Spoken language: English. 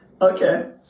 Okay